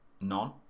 None